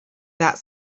that